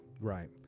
Right